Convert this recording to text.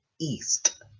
East